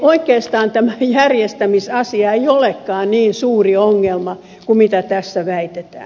oikeastaan tämä järjestämisasia ei olekaan niin suuri ongelma kuin tässä väitetään